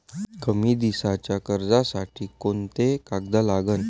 कमी दिसाच्या कर्जासाठी कोंते कागद लागन?